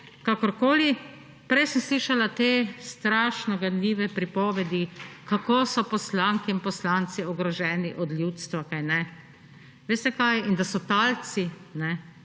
kakorkoli. Prej sem slišala te strašne ganljive pripovedi, kako so poslanke in poslanci ogroženi od ljudstva, kajne. In da so talci tega